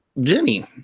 Jenny